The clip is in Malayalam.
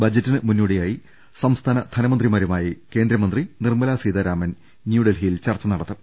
ബജറ്റിന് മുന്നോടിയായി സംസ്ഥാന ധനമന്ത്രിമാരുമായി കേന്ദ്രമമന്ത്രി നിർമ്മലാ സീതാരാമൻ ന്യൂഡൽഹിയിൽ ചർച്ച നടത്തും